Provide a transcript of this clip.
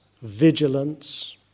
vigilance